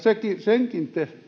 senkin te